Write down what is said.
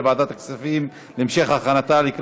לוועדת הכספים נתקבלה.